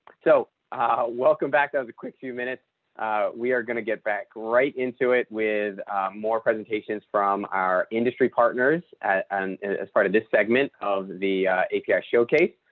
so welcome back to the quick few minutes we are going to get back right into it with more presentations from our industry partners and as part of this segment of the api showcase